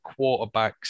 quarterbacks